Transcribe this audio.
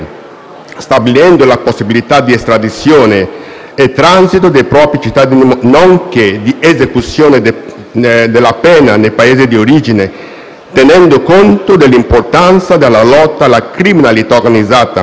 stabilendo la possibilità di estradizione e transito dei propri cittadini nonché di esecuzione della pena nel Paese di origine, tenendo conto dell'importanza della lotta alla criminalità organizzata,